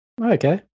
Okay